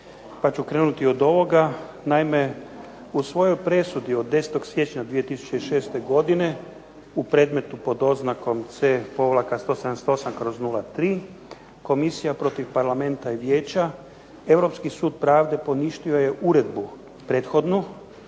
Pa ću krenuti od ovoga, naime u svojoj presudi od 10. siječnja 2006. godine u predmetu pod oznakom C-178/03 Komisija protiv Parlamenta i Vijeća, Europski sud pravde poništio je uredbu prethodnu